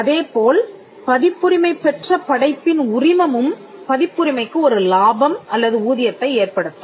அதேபோல் பதிப்புரிமை பெற்ற படைப்பின் உரிமமும் பதிப்புரிமைக்கு ஒரு லாபம் அல்லது ஊதியத்தை ஏற்படுத்தும்